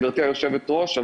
גבירתי היושבת-ראש,